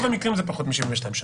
ברוב המקרים זה פחות מ-72 שעות.